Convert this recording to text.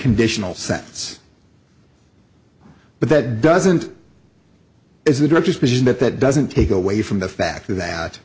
conditional sentence but that doesn't is the director's vision that that doesn't take away from the fact that